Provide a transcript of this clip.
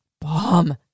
bomb